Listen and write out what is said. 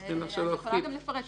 אני יכולה גם לפרט.